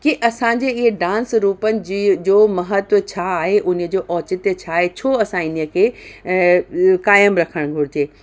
की असांजी इहे डांस रूपनि जी जो महत्व छा आहे उन जो औचित्य छा आहे छो असां इन खे क़ाइमु रखणु घुरिजे